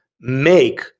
make